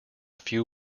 few